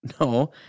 no